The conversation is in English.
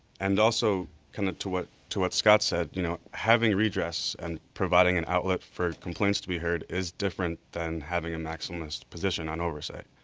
and also kind of to what to what scott said, you know having redress and providing an outlet for complaints to be heard is different than having an max and misposition on oversight.